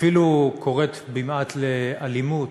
אפילו קוראת במעט לאלימות,